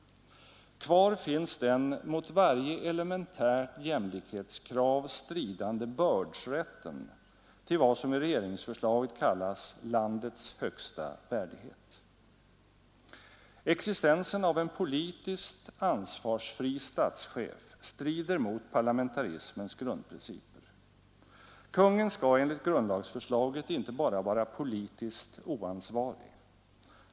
Kvar finns den mot varje elementärt jämlikhetskrav stridande bördsrätten till vad som i regeringsförslaget kallas ”landets högsta värdighet”. Existensen av en politiskt ansvarsfri statschef strider mot parlamentarismens grundprinciper. Kungen skall enligt grundlagsförslaget inte bara vara politiskt oansvarig.